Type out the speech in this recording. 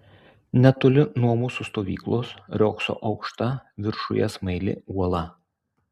netoli nuo mūsų stovyklos riogso aukšta viršuje smaili uola